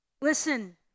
listen